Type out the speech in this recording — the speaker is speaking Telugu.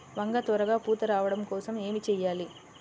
వంగ త్వరగా పూత రావడం కోసం ఏమి చెయ్యాలి?